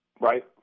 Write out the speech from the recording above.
Right